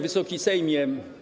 Wysoki Sejmie!